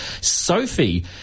Sophie